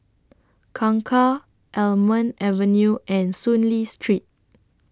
Kangkar Almond Avenue and Soon Lee Street